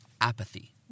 apathy